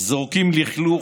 זורקים לכלוך.